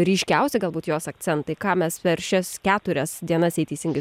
ryškiausi galbūt jos akcentai ką mes per šias keturias dienas jei teisingai